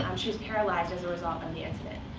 um she was paralyzed as a result of the incident.